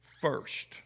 first